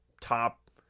top